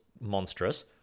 monstrous